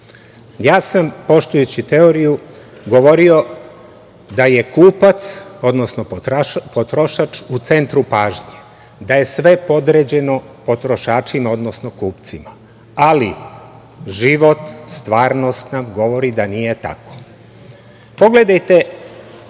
učio. Poštujući teoriju, govorio sam da je kupac, odnosno potrošač u centru pažnje, da je sve podređeno potrošačima, odnosno kupcima, ali život, stvarnost nam govori da nije tako. Pogledajte